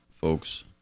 folks